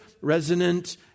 resonant